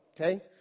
okay